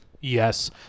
Yes